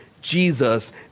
Jesus